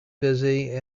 busy